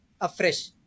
afresh